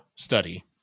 study